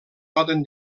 poden